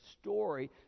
story